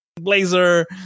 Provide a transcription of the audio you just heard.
blazer